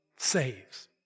saves